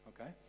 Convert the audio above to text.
okay